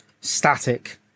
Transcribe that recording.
static